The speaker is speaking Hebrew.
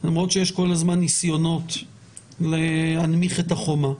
למרות שיש כל הזמן ניסיונות להנמיך את החומה.